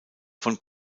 von